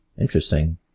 Interesting